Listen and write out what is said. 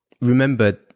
Remember